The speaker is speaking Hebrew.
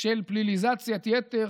של פליליזציית יתר